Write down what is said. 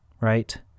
right